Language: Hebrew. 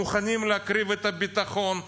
מוכנים להקריב את הביטחון,